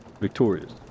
victorious